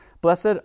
blessed